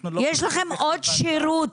יש לכם עוד שירות